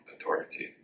authority